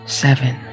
seven